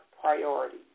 priorities